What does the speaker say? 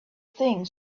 thing